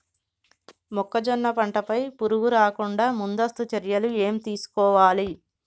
మొక్కజొన్న పంట పై పురుగు రాకుండా ముందస్తు చర్యలు ఏం తీసుకోవాలి?